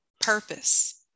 purpose